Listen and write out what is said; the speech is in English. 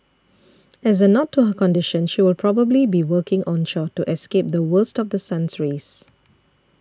as a nod to her condition she will probably be working onshore to escape the worst of The Sun's rays